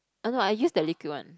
oh no I use the liquid one